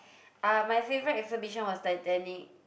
uh my favourite exhibition was Titanic